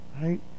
right